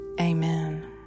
Amen